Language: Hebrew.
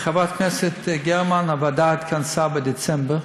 לחברת הכנסת גרמן, הוועדה התכנסה בדצמבר.